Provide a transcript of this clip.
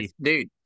dude